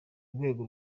rwego